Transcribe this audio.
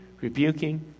rebuking